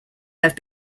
have